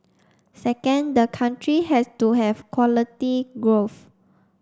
second the country has to have quality growth